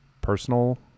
personal